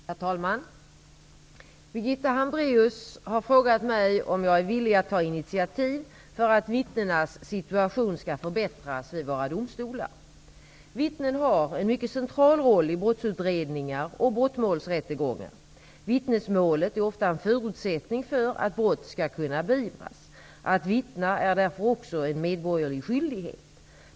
Herr talman! Birgitta Hambraeus har frågat mig om jag är villig att ta initiativ för att vittnenas situation skall förbättras vid våra domstolar. Vittnen har en mycket central roll i brottsutredningar och brottmålsrättegångar. Vittnesmålet är ofta en förutsättning för att brott skall kunna beivras. Att vittna är därför också en medborgerlig skyldighet.